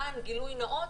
למען גילוי נאות,